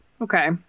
Okay